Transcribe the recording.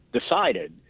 decided